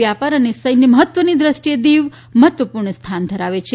વ્યાપાર અને સૈન્ય મહત્વની દ્રષ્ટિએ દીવ મહત્વપૂર્ણ સ્થાન ધરાવે છે